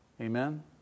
amen